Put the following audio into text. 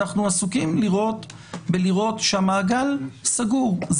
אנחנו עסוקים לראות שהמעגל סגור.